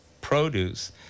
produce